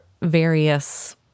various